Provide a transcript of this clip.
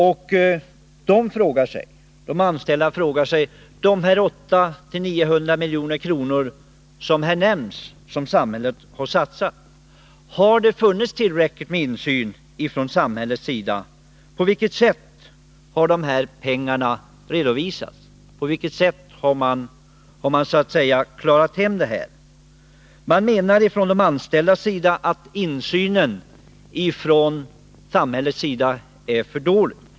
Samhället har här satsat 800-900 milj.kr., och de anställda frågar sig om samhället har haft tillräcklig insyn i verksamheten. På vilket sätt har pengarna redovisats? De menar att samhällets insyn har varit för dålig.